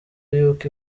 y’uko